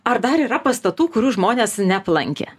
ar dar yra pastatų kurių žmonės neaplankė